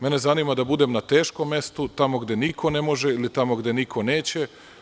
Mene zanima da budem na teškom mestu, tamo gde niko ne može ili gde tamo gde niko neće.